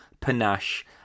panache